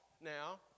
now